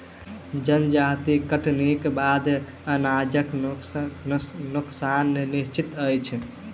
जजाति कटनीक बाद अनाजक नोकसान निश्चित अछि